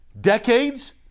decades